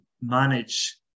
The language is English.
manage